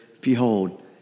behold